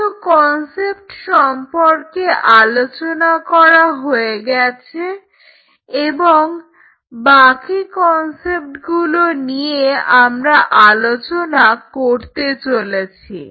কিছু কনসেপ্ট সম্পর্কে আলোচনা করা হয়ে গেছে এবং বাকি কনসেপ্টগুলো নিয়ে আমরা আলোচনা করতে চলেছি